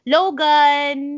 Logan